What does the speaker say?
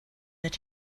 that